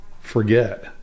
forget